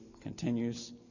continues